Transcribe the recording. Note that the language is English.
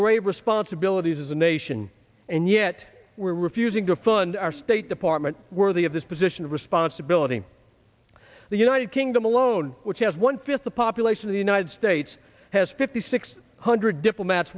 great responsibilities as a nation and yet we're refusing to fund our state department worthy of this position of responsibility the united kingdom alone which has one fifth the population of the united states has fifty six hundred diplomats